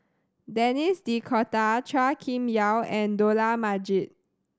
Denis D'Cotta Chua Kim Yeow and Dollah Majid